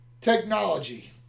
technology